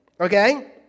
Okay